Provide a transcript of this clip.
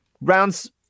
rounds